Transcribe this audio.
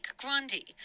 Grundy